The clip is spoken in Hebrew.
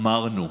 אמרנו.